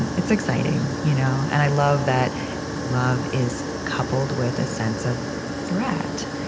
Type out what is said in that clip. it's exciting. you know and i love that love is coupled with a sense of threat,